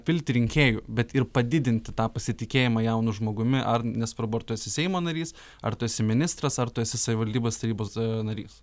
pilti rinkėjų bet ir padidinti tą pasitikėjimą jaunu žmogumi ar nesvarbu ar tu esi seimo narys ar tu esi ministras ar tu esi savivaldybės tarybos narys